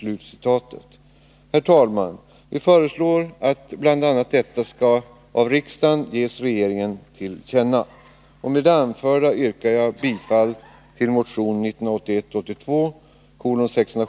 Herr talman! Vi föreslår att bl.a. detta skall av riksdagen ges regeringen till känna.